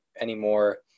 anymore